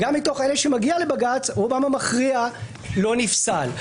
גם בישראל נפסקו על היסוד הזה חוקי עזר וחקיקת משנה.